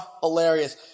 hilarious